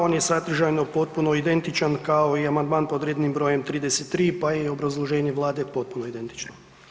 On je sadržajno potpuno identičan kao i amandman pod rednim br. 33 pa je i obrazloženje Vlade potpuno identično.